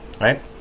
Right